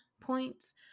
points